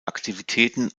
aktivitäten